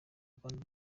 rwanda